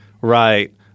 right